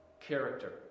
character